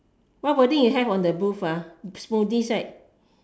what wording you have on the booth smoothies right